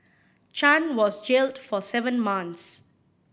Chan was jailed for seven months